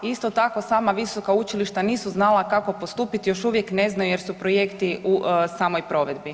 Isto tako sama visoka učilišta nisu znala kako postupiti, još uvijek ne znaju jer su projekti u samoj provedbi.